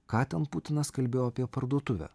ką ten putinas kalbėjo apie parduotuvę